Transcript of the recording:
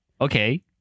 Okay